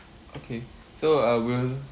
okay so I will